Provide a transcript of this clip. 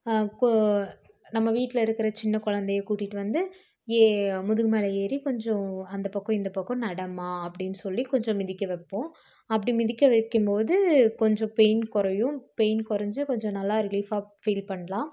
கொ நம்ம வீட்டில் இருக்கிற சின்ன குழந்தைய கூட்டிகிட்டு வந்து ஏ முதுகு மேலே ஏறி கொஞ்சம் அந்த பக்கம் இந்த பக்கம் நடமா அப்படின்னு சொல்லி கொஞ்ச மிதிக்க வைப்போம் அப்படி மிதிக்க வைக்கும்போது கொஞ்ச பெயின் குறையும் பெயின் குறஞ்சி கொஞ்ச நல்லா ரிலீஃபாக ஃபீல் பண்ணலாம்